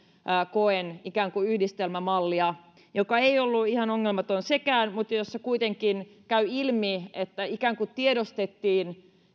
kokeen ikään kuin yhdistelmämallia joka ei ollut ihan ongelmaton sekään mutta jossa kuitenkin käy ilmi että ikään kuin tiedostettiin